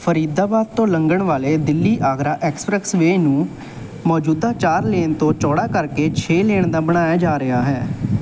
ਫਰੀਦਾਬਾਦ ਤੋਂ ਲੰਘਣ ਵਾਲੇ ਦਿੱਲੀ ਆਗਰਾ ਐਕਸਪ੍ਰੈੱਸਵੇਅ ਨੂੰ ਮੌਜੂਦਾ ਚਾਰ ਲੇਨ ਤੋਂ ਚੌੜਾ ਕਰਕੇ ਛੇ ਲੇਨ ਦਾ ਬਣਾਇਆ ਜਾ ਰਿਹਾ ਹੈ